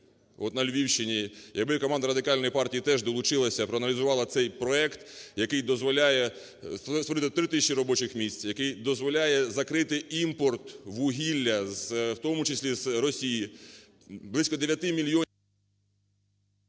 от на Львівщині. І якби команда Радикальної партії теж долучилася, проаналізувала цей проект, який дозволяє створити 3 тисячі робочих місць, який дозволяє закрити імпорт вугілля, в тому числі з Росії. Близько 9 мільйонів…